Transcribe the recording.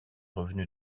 revenu